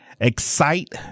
Excite